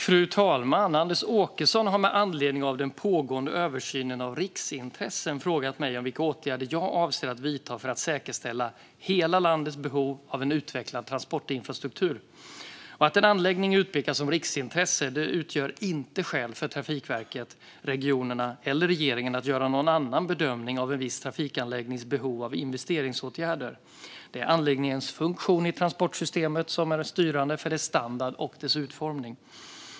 Fru talman! Anders Åkesson har med anledning av den pågående översynen av riksintressen frågat mig vilka åtgärder jag avser att vidta för att säkerställa hela landets behov av en utvecklad transportinfrastruktur. Att en anläggning utpekats som riksintresse utgör inte skäl för Trafikverket, regionerna eller regeringen att göra någon annan bedömning av en viss trafikanläggnings behov av investeringsåtgärder. Det är anläggningens funktion i transportsystemet som är styrande för dess standard och utformning.